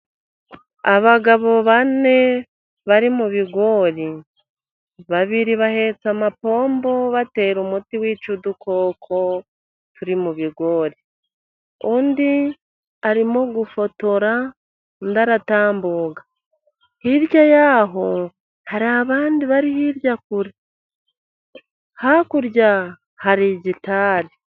Abagabo bane bari mu bigori. Babiri bahetse amapombo batera umuti wica udukoko turi mu bigori. Undi arimo gufotora, undi aratambuka. Hirya y'aho hari abandi bari hirya kure. Hakurya hari igitari.